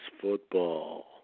football